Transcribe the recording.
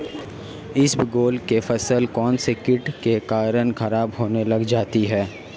इसबगोल की फसल कौनसे कीट के कारण खराब होने लग जाती है?